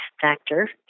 factor